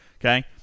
Okay